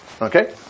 Okay